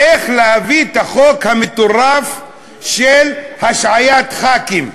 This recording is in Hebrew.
איך להביא את החוק המטורף של השעיית חברי כנסת,